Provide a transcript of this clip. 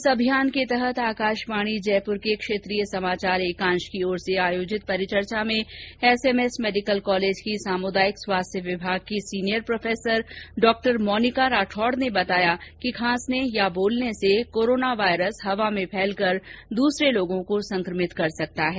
इस अभियान के तहत आकाशवाणी जयपुर के क्षेत्रीय समाचार एकांश की ओर से आयोजित परिचर्चा एसएमएस मेडिकल कॉलेज की सामुदायिक स्वास्थ्य विभाग की सीनियर प्रोफेसर डॉ मोनिका राठौड ने बताया कि खांसने या बोलने से कोरोना वायरस हवा में फैलकर दूसरे लोगों को संक्रभित कर सकता है